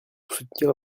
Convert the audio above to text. soutenir